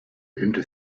into